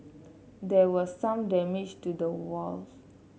there was some damage to the valve